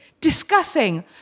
Discussing